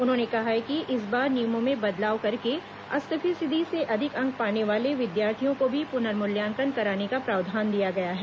उन्होंने कहा कि इस बार नियमों में बदलाव करके अस्सी फीसदी से अधिक अंक पाने वाले विद्यार्थियों को भी पुनर्मूल्यांकन कराने का प्रावधान दिया गया है